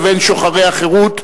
לבין שוחרי החירות,